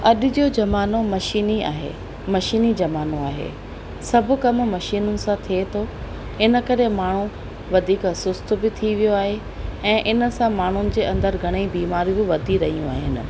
अॼु जो ज़मानो मशीनी आहे मशीनी ज़मानो आहे सभु कमु मशीनुनि सां थिए थो इनकरे माण्हू वधीक सुस्त बि थी वियो आहे ऐं हिन सां माण्हुनि जे अंदरि घणेई बीमारियूं बि वधी रहियूं आहिनि